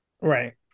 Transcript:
right